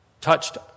touched